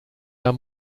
der